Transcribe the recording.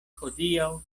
hodiaŭ